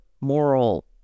moral